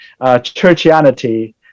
churchianity